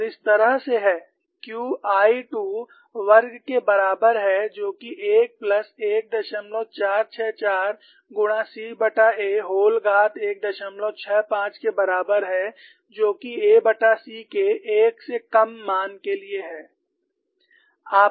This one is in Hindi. और यह इस तरह से है Q I 2 वर्ग के बराबर है जो कि 1 प्लस 1464 गुणा ca व्होल घात 165 के बराबर है जो कि ac के 1 से कम मान के लिए है